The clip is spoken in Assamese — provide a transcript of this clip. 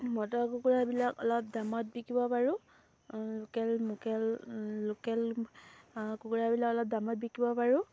মতা কুকুৰাবিলাক অলপ দামত বিকিব পাৰোঁ লোকেল মুকেল লোকেল কুকুৰাবিলাক অলপ দামত বিকিব পাৰোঁ